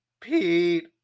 Pete